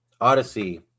Odyssey